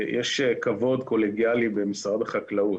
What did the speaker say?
יש כבוד קולגיאלי במשרד החקלאות.